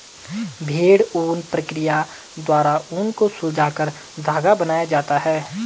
भेड़ ऊन प्रक्रिया द्वारा ऊन को सुलझाकर धागा बनाया जाता है